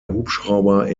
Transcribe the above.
hubschrauber